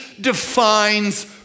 defines